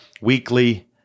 weekly